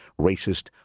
racist